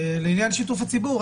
לעניין שיתוף הציבור,